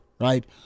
right